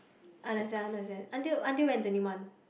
understand understand until until when twenty one